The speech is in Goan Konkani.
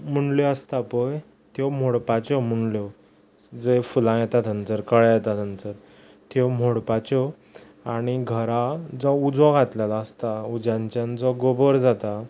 मुणल्यो आसता पय त्यो मोडपाच्यो मुणल्यो जंय फुलां येता थंयसर कळे येता थंयसर त्यो मोडपाच्यो आनी घरा जो उजो घातललो आसता उज्याच्यान जो गोबर जाता